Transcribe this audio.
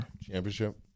Championship